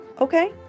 okay